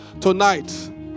tonight